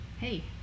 Hey